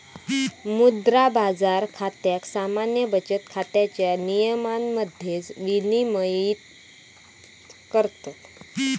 मुद्रा बाजार खात्याक सामान्य बचत खात्याच्या नियमांमध्येच विनियमित करतत